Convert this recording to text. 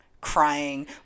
crying